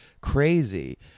crazy